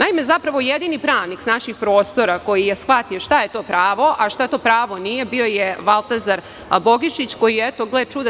Naime, zapravo jedini pravnik s naših prostora koji je shvatio šta je to pravo, a šta to pravo nije, bio je Valtazar Bogišić, koji je